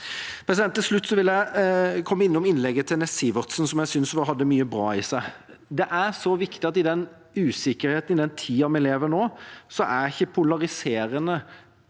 øye med. Til slutt vil jeg komme innom innlegget til Sivertsen Næss, som jeg synes hadde mye bra i seg. Det er så viktig at med usikkerheten i den tida vi lever i nå, er ikke polariserende